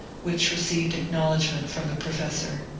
which received acknowledgment from the professor.